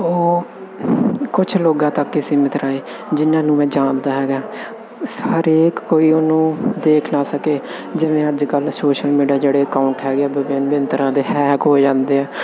ਉਹ ਕੁਝ ਲੋਕਾਂ ਤੱਕ ਹੀ ਸੀਮਿਤ ਰਹੇ ਜਿਹਨਾਂ ਨੂੰ ਮੈਂ ਜਾਣਦਾ ਹੈਗਾ ਸਾ ਹਰੇਕ ਕੋਈ ਉਹਨੂੰ ਦੇਖ ਨਾ ਸਕੇ ਜਿਵੇਂ ਅੱਜ ਕੱਲ੍ਹ ਸੋਸ਼ਲ ਮੀਡੀਆ ਜਿਹੜੇ ਅਕਾਊਂਟ ਹੈਗੇ ਵਭਿੰਨ ਵਭਿੰਨ ਤਰ੍ਹਾਂ ਦੇ ਹੈਕ ਹੋ ਜਾਂਦੇ ਆ